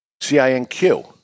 C-I-N-Q